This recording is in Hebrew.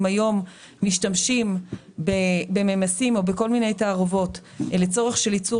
היום משתמשים בממיסים או בכל מיני תערובות לצורך של ייצור